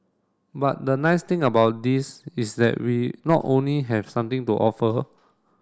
but the nice thing about this is that we not only have something to offer